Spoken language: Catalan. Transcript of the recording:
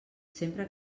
sempre